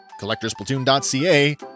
CollectorsPlatoon.ca